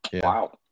Wow